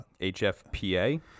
HFPA